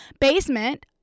basement